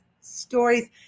stories